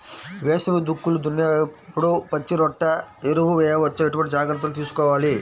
వేసవి దుక్కులు దున్నేప్పుడు పచ్చిరొట్ట ఎరువు వేయవచ్చా? ఎటువంటి జాగ్రత్తలు తీసుకోవాలి?